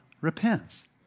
repents